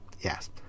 Yes